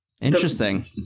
Interesting